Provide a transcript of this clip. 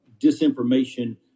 disinformation